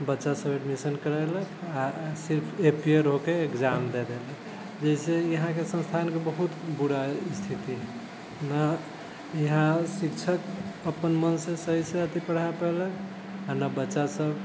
बच्चा सभ एडमिशन करा लेलक आ सिर्फ अपियर होके एक्जाम दए देलक जाहिसँ यहाँके संस्थानके बहुत बुरा स्थिति है नहि यहाँ शिक्षक अपन मनसँ सहीसँ अथि पूरा पढ़ा पेलक आ नहि बच्चा सभ